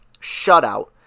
shutout